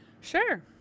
Sure